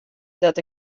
dat